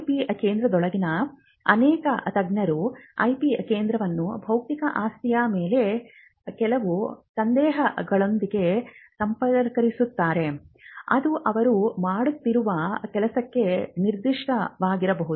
IP ಕೇಂದ್ರದೊಳಗಿನ ಅನೇಕ ತಜ್ಞರು ಐಪಿ ಕೇಂದ್ರವನ್ನು ಬೌದ್ಧಿಕ ಆಸ್ತಿಯ ಮೇಲೆ ಕೆಲವು ಸಂದೇಹಗಳೊಂದಿಗೆ ಸಂಪರ್ಕಿಸುತ್ತಾರೆ ಅದು ಅವರು ಮಾಡುತ್ತಿರುವ ಕೆಲಸಕ್ಕೆ ನಿರ್ದಿಷ್ಟವಾಗಿರಬಹುದು